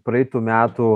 praeitų metų